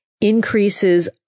increases